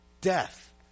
Death